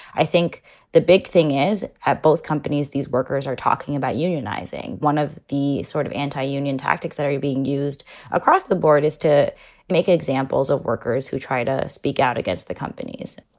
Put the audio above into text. i think the big thing is at both companies, these workers are talking about unionizing. one of the sort of anti-union tactics that are being used across the board is to make examples of workers who try to speak out against the companies.